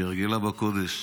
כהרגלה בקודש,